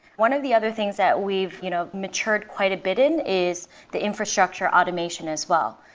one of the other things that we've you know matured quite a bit it is the infrastructure automation as well.